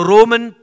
Roman